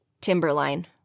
Timberline